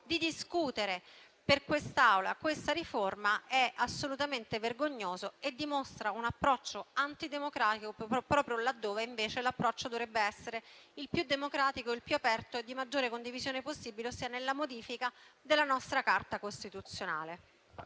di discutere la riforma è assolutamente vergognoso e dimostra un approccio antidemocratico, proprio laddove invece dovrebbe essere il più democratico, il più aperto e di maggiore condivisione possibile, ossia nella modifica della nostra Carta costituzionale.